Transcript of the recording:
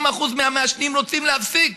70% מהמעשנים רוצים להפסיק.